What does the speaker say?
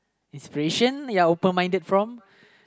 it's very asiam ya open minded from